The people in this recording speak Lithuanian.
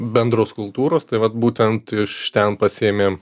bendros kultūros tai vat būtent iš ten pasiėmėm